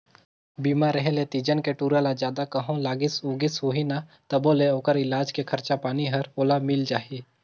बीमा रेहे ले तीजन के टूरा ल जादा कहों लागिस उगिस होही न तभों ले ओखर इलाज के खरचा पानी हर ओला मिल जाही